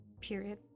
Period